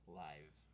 live